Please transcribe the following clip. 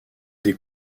des